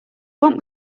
want